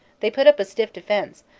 they put up a stiff defense,